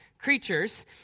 creatures